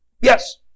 Yes